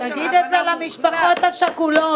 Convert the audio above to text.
מוחלט --- תגיד את זה למשפחות השכולות.